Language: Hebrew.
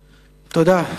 תודה.